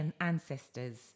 ancestors